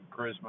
charisma